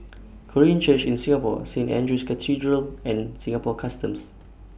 Korean Church in Singapore Saint Andrew's Cathedral and Singapore Customs